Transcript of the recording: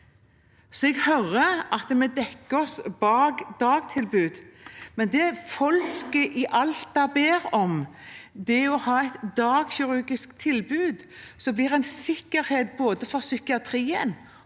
Jeg hører at vi dekker oss bak dagtilbud, men det folk i Alta ber om, er et dagkirurgisk tilbud som blir en sikkerhet for både psykiatrien